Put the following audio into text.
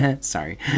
Sorry